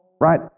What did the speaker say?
right